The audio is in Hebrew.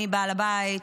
אני בעל הבית,